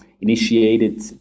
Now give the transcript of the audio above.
initiated